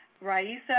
Raisa